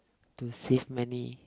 to save money